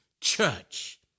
church